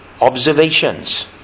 observations